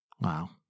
Wow